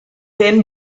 then